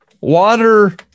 water